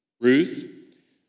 Ruth